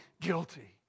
guilty